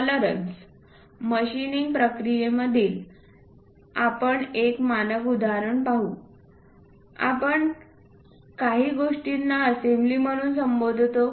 tolerance machining प्रक्रियेमधील आपण एक मानक उदाहरण पाहू आपण काही गोष्टींना असेंब्ली म्हणून संबोधतो